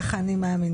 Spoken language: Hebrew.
כך אני מאמינה.